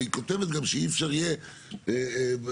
והיא כותבת גם שאי אפשר יהיה להוסיף,